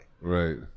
Right